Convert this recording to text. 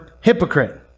hypocrite